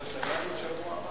הצו אושר.